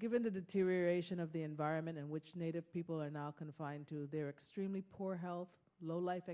given to the to ration of the environment in which native people are now confined to their extremely poor health low life